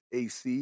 ac